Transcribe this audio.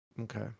Okay